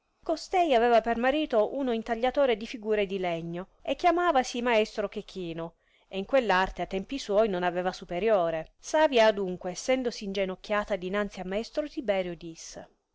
costei aveva per marito uno intagliatore di figure di legno e chiamavasi maestro chechino e in quelr arte a tempi suoi non aveva superiore savia adunque essendosi ingenocchiata dinanzi maestro tiberio disse